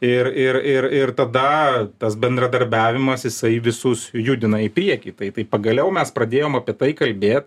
ir ir ir ir tada tas bendradarbiavimas jisai visus judina į priekį tai tai pagaliau mes pradėjom apie tai kalbėt